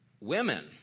Women